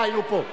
אה, הנה הוא פה.